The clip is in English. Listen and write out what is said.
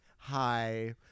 Hi